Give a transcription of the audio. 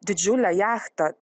didžiulę jachtą